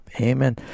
Amen